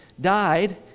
died